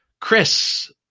Chris